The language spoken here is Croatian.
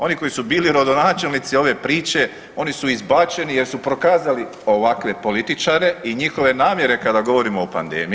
Oni koji su bili gradonačelnici ove priče oni su izbačeni jer su prokazali ovakve političare i njihove namjere kada govorimo o pandemiji.